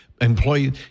Employee